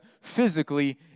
physically